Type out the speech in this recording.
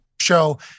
show